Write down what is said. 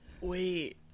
Wait